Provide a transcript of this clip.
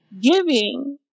giving